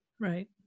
Right